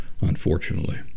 unfortunately